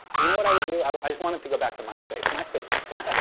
you know what i would do? i just want it to go back to myspace. myspace was fun.